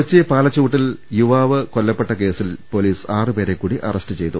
കൊച്ചി പാലച്ചുവടിൽ യുവാവ് കൊല്ലപ്പെട്ട കേസിൽ പൊലീസ് ആറു പേരെ കൂടി അറസ്റ്റ് ചെയ്തു